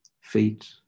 feet